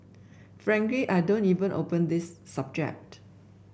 frankly I don't even open this subject